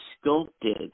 sculpted